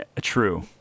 True